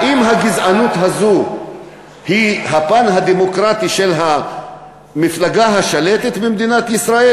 האם הגזענות הזאת היא הפן הדמוקרטי של המפלגה השלטת במדינת ישראל,